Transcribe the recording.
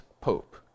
pope